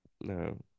No